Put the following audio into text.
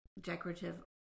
decorative